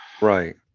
Right